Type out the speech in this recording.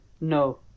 No